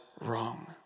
wrong